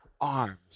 arms